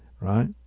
right